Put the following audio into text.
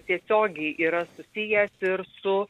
tiesiogiai yra susijęs ir su